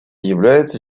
является